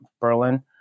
Berlin